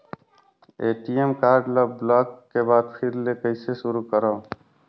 ATM card ल block के बाद फिर ले कइसे शुरू करव?